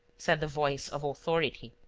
said the voice of authority.